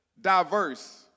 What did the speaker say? Diverse